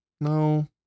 No